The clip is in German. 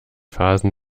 phasen